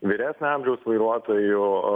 vyresnio amžiaus vairuotojų